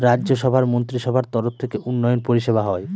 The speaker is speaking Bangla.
রাজ্য সভার মন্ত্রীসভার তরফ থেকে উন্নয়ন পরিষেবা হয়